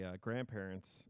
grandparents